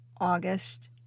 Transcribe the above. August